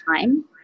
time